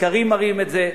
הסקרים מראים את זה.